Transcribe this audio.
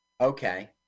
Okay